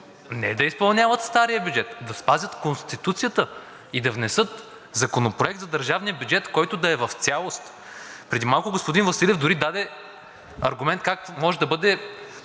не да изпълняват стария бюджет, да спазят Конституцията и да внесат Законопроект за държавния бюджет, който да е в цялост. Преди малко господин Василев дори даде аргумент как може да бъде